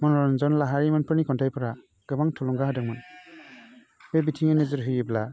मन'रन्जन लाहारि मोनफोरनि खन्थाइफ्रा गोबां थुलुंगा होदोंमोन बे बिथिङै नोजोर होयोब्ला